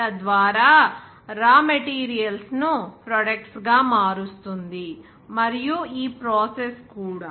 తద్వారా raw materials ను products గా మారుస్తుంది మరియు ఈ ప్రాసెస్ కూడా